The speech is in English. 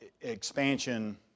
expansion